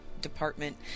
department